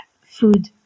food